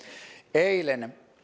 eilen